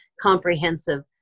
comprehensive